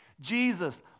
Jesus